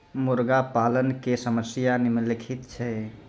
मुर्गा पालन के समस्या निम्नलिखित छै